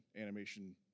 Animation